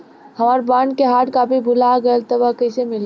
हमार बॉन्ड के hard copy भुला गएलबा त कैसे मिली?